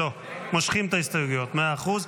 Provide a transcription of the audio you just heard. לא, מושכים את ההסתייגויות, מאה אחוז.